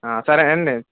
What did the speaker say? సరే అండి